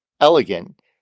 elegant